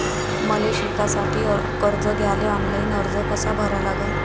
मले शिकासाठी कर्ज घ्याले ऑनलाईन अर्ज कसा भरा लागन?